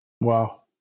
Wow